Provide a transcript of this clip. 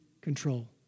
control